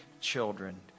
children